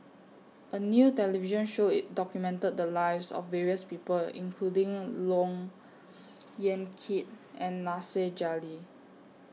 A New television Show IT documented The Lives of various People including Look Yan Kit and Nasir Jalil